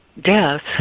death